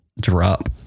drop